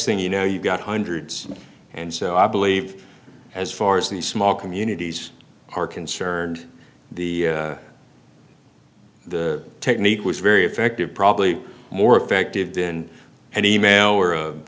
thing you know you've got hundreds and so i believe as far as the small communities are concerned the the technique was very effective probably more effective than an email or